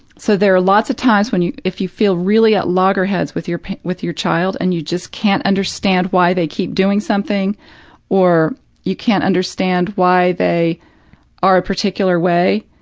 so, there are lots of times when you if you feel really at loggerheads with your with your child and you just can't understand why they keep doing something or you can't understand why they are a particular way,